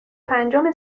پنجم